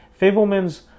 Fablemans